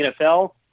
NFL